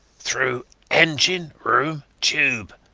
through engine-room tube.